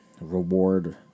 reward